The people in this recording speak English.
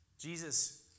Jesus